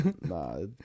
Nah